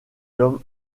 l’homme